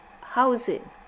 housing